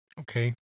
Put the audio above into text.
Okay